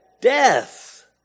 death